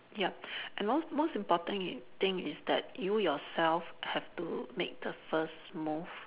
yup and most most important i~ thing is that you yourself have to make the first move